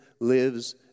lives